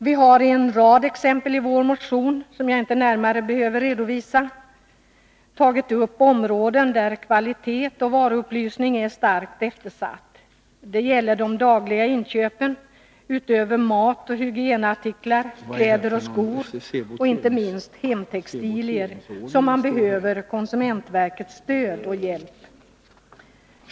Vpk har i vår motion genom en rad exempel — som jag inte närmare behöver redovisa — tagit upp områden där kvalitetsoch varuupplysning är starkt eftersatta. Det är när det gäller de dagliga inköpen av mat och hygienartiklar, kläder, skor och inte minst hemtextilier som man i första hand behöver konsumentverkets stöd och hjälp.